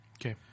Okay